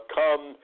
come